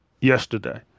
yesterday